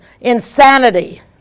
insanity